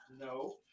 No